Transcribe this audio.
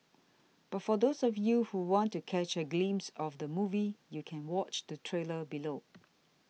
but for those of you who want to catch a glimpse of the movie you can watched the trailer below